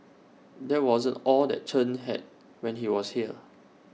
that wasn't all that Chen had when he was here